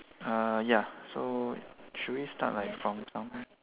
uh ya so should we start like from somewhere